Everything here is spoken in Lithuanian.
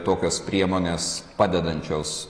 tokios priemonės padedančios